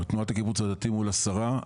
תנועת הקיבוץ הדתי מול השרה,